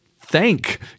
thank